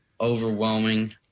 overwhelming